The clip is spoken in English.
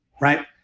right